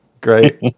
Great